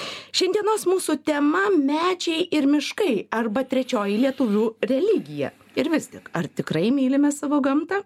šiandienos mūsų tema medžiai ir miškai arba trečioji lietuvių religija ir vis tik ar tikrai mylime savo gamtą